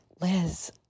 Liz